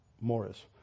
Morris